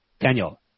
Daniel